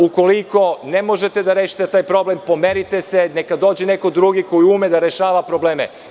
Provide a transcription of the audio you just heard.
Ukoliko ne možete da rešite taj problem, pomerite se, neka dođe neko drugi ko ume da rešava probleme.